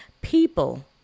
People